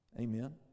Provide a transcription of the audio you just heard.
Amen